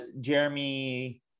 jeremy